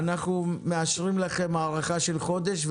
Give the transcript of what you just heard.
אנחנו מאשרים לכם הארכה של חודש,